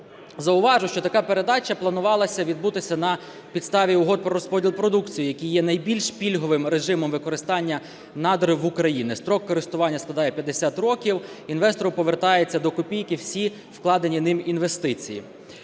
Зауважу, що така передача планувалася відбутися на підставі угод про розподіл продукції, які є найбільш пільговим режимом використання надр в Україні: строк користування складає 50 років, інвестору повертаються до копійки всі вкладені ним інвестиції.